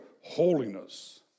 holiness